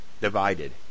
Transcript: Divided